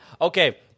Okay